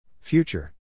Future